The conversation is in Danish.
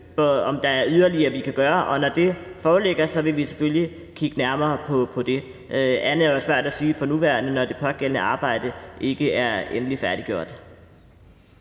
om der er yderligere, vi kan gøre. Og når det foreligger, vil vi selvfølgelig kigge nærmere på det. Andet er jo svært at sige på nuværende tidspunkt, når det pågældende arbejde ikke er endeligt færdiggjort.